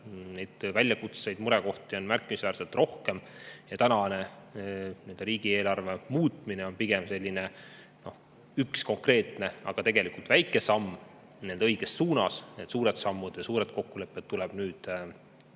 väljakutseid ja murekohti märkimisväärselt rohkem. Tänane riigieelarve muutmine on pigem üks konkreetne, aga tegelikult väike samm õiges suunas. Need suured sammud ja suured kokkulepped tuleb nüüd